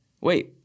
wait